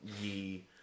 ye